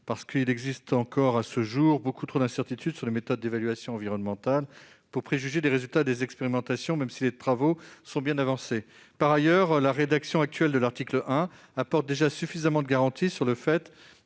Il existe encore, à ce jour, trop d'incertitudes sur les méthodes d'évaluation environnementale pour préjuger les résultats des expérimentations, même si les travaux ont bien avancé. Par ailleurs, la rédaction actuelle de l'article 1 apporte déjà suffisamment de garanties sur le fait